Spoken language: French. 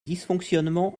dysfonctionnements